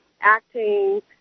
acting